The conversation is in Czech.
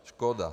Škoda.